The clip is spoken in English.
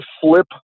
flip